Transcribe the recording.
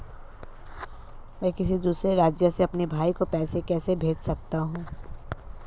मैं किसी दूसरे राज्य से अपने भाई को पैसे कैसे भेज सकता हूं?